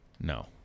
No